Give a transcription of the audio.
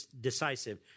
decisive